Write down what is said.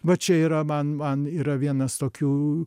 va čia yra man man yra vienas tokių